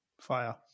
Fire